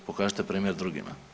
Pokažite primjer drugima.